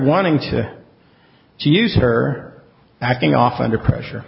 wanting to use her backing off under pressure